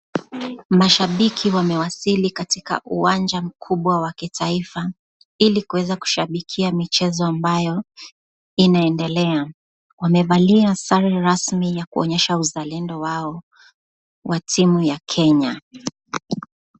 Mashabiki wamewasili katika uwanja mkubwa wa kitaifa, ili kuweza kushabikia michezo ambayo inaendelea. Wamevalia sare rasmi ya kuonyesha uzalendo wao wa timu ya Kenya.